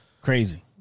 crazy